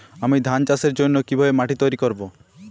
আমি ধান চাষের জন্য কি ভাবে মাটি তৈরী করব?